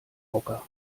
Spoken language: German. hocker